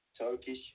Turkish